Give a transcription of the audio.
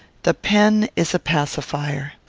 the pen is a pacifier.